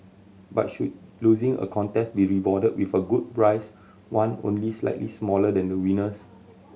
but should losing a contest be rewarded with a good prize one only slightly smaller than the winner's